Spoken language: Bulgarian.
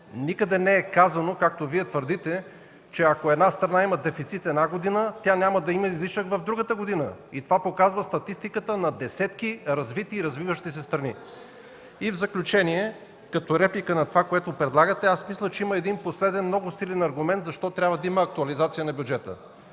Никъде не е казано, както Вие твърдите, че ако една страна има дефицит една година, тя няма да има излишък в другата година. И това показва статистиката на десетки развити и развиващи се страни. В заключение, като реплика на това, което предлагате. Мисля, че има един последен, много силен аргумент защо трябва да има актуализация на бюджета.